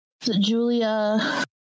Julia